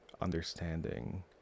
understanding